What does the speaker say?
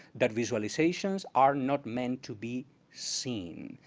that visualizations are not meant to be seen.